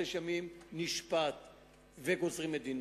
חודש ימים, הוא נשפט וגוזרים את דינו?